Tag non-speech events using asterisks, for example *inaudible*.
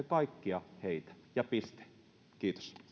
*unintelligible* kaikkia heitä ja piste kiitos